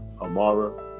Amara